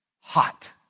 hot